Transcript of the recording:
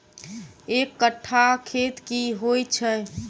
एक कट्ठा खेत की होइ छै?